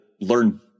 learn